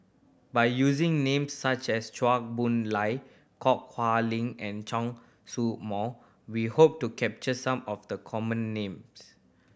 by using names such as Chua Boon Lay Ho Kah Leong and Chen Show Mao we hope to capture some of the common names